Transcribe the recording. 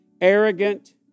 arrogant